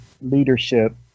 leadership